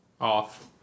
off